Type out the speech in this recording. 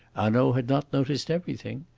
hanaud had not noticed everything,